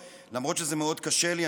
למרות שזה מאוד קשה לי,